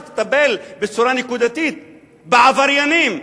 שתטפל בצורה נקודתית בעבריינים,